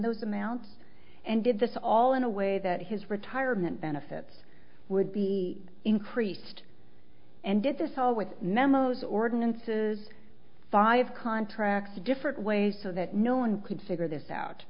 those amounts and did this all in a way that his retirement benefits would be increased and did this all with memos ordinances five contracts a different way so that no one could figure this out